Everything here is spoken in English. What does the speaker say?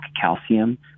calcium